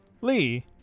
Lee